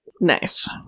Nice